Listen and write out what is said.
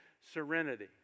serenity